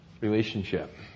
relationship